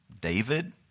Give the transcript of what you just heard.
David